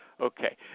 Okay